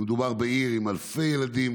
מדובר בעיר עם אלפי ילדים